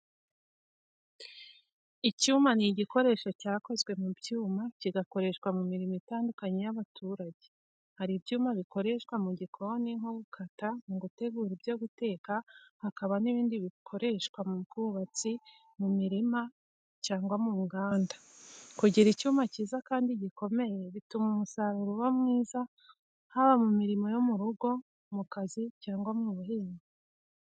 Icyuma ni igikoresho cyakozwe mu byuma kigakoreshwa mu mirimo itandukanye y’abaturage. Hari ibyuma bikoreshwa mu gikoni nko gukata, mu gutegura ibyo guteka, hakaba n’ibindi bikoreshwa mu bwubatsi, mu mirima cyangwa mu nganda. Kugira icyuma cyiza kandi gikomeye bituma umusaruro uba mwiza, haba mu mirimo yo mu rugo, mu kazi cyangwa mu buhinzi.